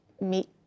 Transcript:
meet